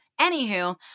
Anywho